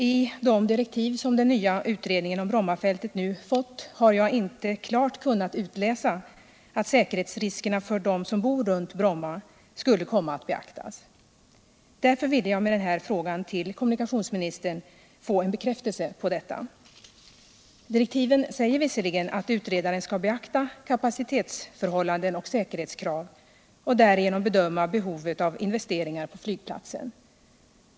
I de direktiv som den nya utredningen om Brommafältet nu fått har jag inte klart kunnat utläsa att säkerhetsriskerna för dem som bor runt Bromma skulle komma att beaktas. Därför ville jag med den här frågan till kommunikationsministern få en bekräftelse på detta. I direktiven sägs visserligen att utredaren skall beakta kapacitetsförhållanden och säkerhetskrav och med utgång från detta bedöma behovet av investeringar på flygplatsen.